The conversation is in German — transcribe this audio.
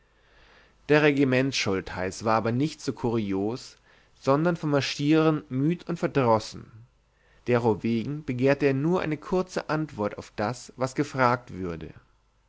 der regimentsschultheiß war aber nicht so kurios sondern vom marschieren müd und verdrossen derowegen begehrte er nur eine kurze runde antwort auf das was gefragt würde